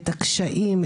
את הקשיים,